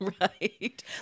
Right